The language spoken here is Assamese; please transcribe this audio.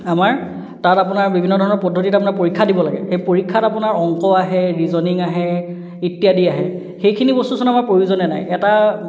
আমাৰ তাত আপোনাৰ বিভিন্ন ধৰণৰ পদ্ধতিত আপোনাৰ পৰীক্ষা দিব লাগে সেই পৰীক্ষাত আপোনাৰ অংক আহে ৰিজনিং আহে ইত্যাদি আহে সেইখিনি বস্তুচোন আমাৰ প্ৰয়োজনে নাই এটা